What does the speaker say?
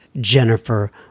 Jennifer